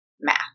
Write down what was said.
math